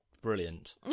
brilliant